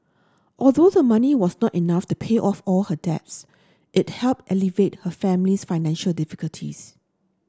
although the money was not enough to pay off all her debts it helped alleviate her family's financial difficulties